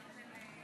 אדוני,